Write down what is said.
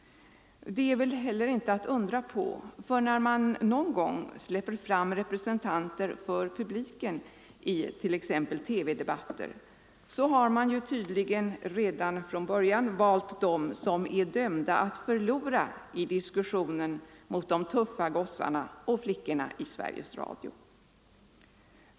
Det är väl inte heller att undra på, för när man någon gång släpper fram representanter för publiken i t.ex. TV-debatter, har man tydligen valt dem som redan från början är dömda att förlora i diskussionen mot de tuffa gossarna och flickorna i Sveriges Radio.